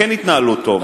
וכן התנהלו טוב.